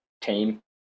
team